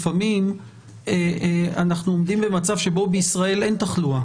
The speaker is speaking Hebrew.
לפעמים אנחנו עומדים במצב שבו בישראל אין תחלואה.